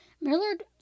Millard